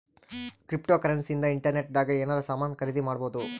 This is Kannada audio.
ಕ್ರಿಪ್ಟೋಕರೆನ್ಸಿ ಇಂದ ಇಂಟರ್ನೆಟ್ ದಾಗ ಎನಾರ ಸಾಮನ್ ಖರೀದಿ ಮಾಡ್ಬೊದು